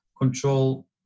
control